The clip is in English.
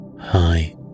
Hi